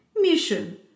Mission